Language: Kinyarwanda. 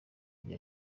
bya